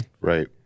right